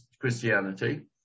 Christianity